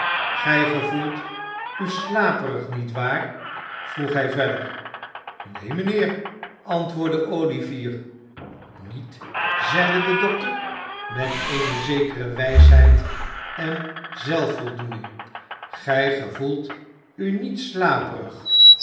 gij gevoelt u slaperig niet waar vroeg hij verder neen mijnheer antwoordde olivier niet zeide de dokter met eene zekere wijsheid en zelfvoldoening gij gevoelt u niet slaperig